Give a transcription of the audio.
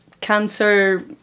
cancer